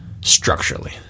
structurally